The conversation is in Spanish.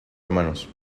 hermanos